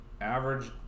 average